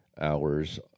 hours